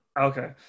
Okay